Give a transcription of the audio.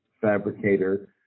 fabricator